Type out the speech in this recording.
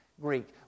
Greek